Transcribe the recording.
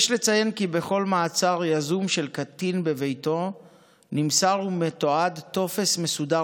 יש לציין כי בכל מעצר יזום של קטין בביתו נמסר ומתועד טופס מסודר